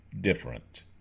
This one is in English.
different